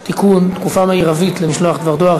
כי הונחו היום על שולחן הכנסת,